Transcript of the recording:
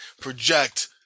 project –